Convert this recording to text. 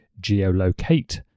geolocate